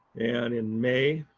and in may,